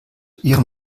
ihren